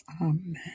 Amen